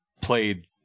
played